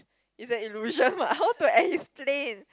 is an illusion but how to explain